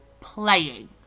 playing